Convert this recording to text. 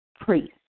priest